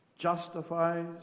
justifies